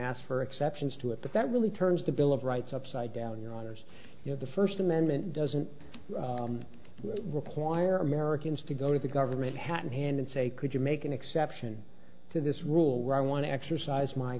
ask for exceptions to it that really turns the bill of rights upside down your honour's you know the first amendment doesn't require americans to go to the government hat in hand and say could you make an exception to this rule where i want to exercise my